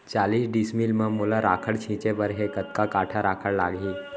चालीस डिसमिल म मोला राखड़ छिंचे बर हे कतका काठा राखड़ लागही?